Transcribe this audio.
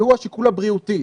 והוא השיקול הבריאותי.